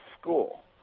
school